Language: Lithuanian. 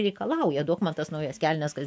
reikalauja duok man tas naujas kelnes kas